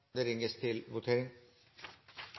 Det går til